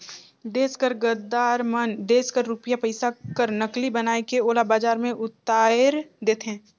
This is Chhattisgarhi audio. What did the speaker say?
देस कर गद्दार मन देस कर रूपिया पइसा कर नकली बनाए के ओला बजार में उताएर देथे